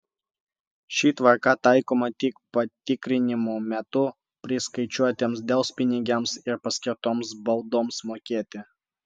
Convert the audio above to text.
ši tvarka taikoma tik patikrinimų metu priskaičiuotiems delspinigiams ir paskirtoms baudoms mokėti